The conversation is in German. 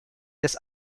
des